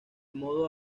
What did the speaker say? modo